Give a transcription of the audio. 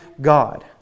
God